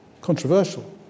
controversial